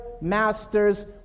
master's